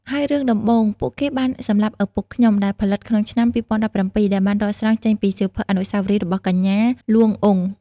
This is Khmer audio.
ហើយរឿងដំបូងពួកគេបានសម្លាប់ឪពុកខ្ញុំដែលផលិតក្នុងឆ្នាំ 2017 ដែលបានដកស្រង់ចេញពីសៀវភៅអនុស្សាវរីយ៍របស់កញ្ញា លួង អ៊ុង។